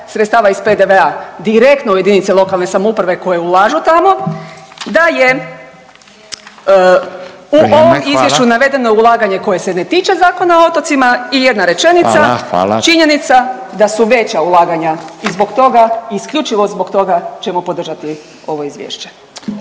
sredstava iz PDV-a direktno u jedinice lokalne samouprave koje ulažu tamo, da je u ovom izvješću …/Upadica Radin: vrijeme, hvala./… navedeno ulaganje koje se ne tiče Zakona o otocima i jedna rečenica …/Upadica Radin: Hvala, hvala./… činjenica da su veća ulaganja i zbog toga i isključivo zbog toga ćemo podržati ovo izvješće.